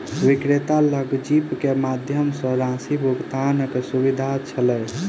विक्रेता लग जीपे के माध्यम सॅ राशि भुगतानक सुविधा छल